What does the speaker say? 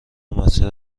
مسیر